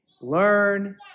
learn